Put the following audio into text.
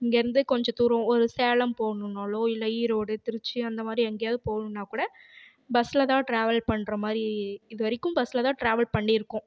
இங்கேருந்து கொஞ்சம் தூரம் ஒரு சேலம் போகணுன்னாலோ இல்லை ஈரோடு திருச்சி அந்த மாதிரி எங்கேயாவுது போகணுன்னா கூட பஸ்ஸில் தான் டிராவல் பண்ணுற மாதிரி இது வரைக்கும் பஸ்ஸில் தான் டிராவல் பண்ணியிருக்கோம்